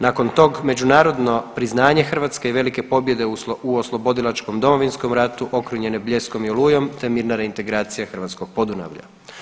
Nakon tog međunarodno priznanje Hrvatske i velike pobjede u oslobodilačkom Domovinskom ratu okrunjen je Bljeskom i Olujom, te mirna reintegracija hrvatskog Podunavlja.